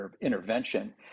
intervention